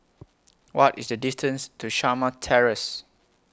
What IS The distance to Shamah Terrace